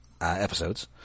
episodes